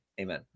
amen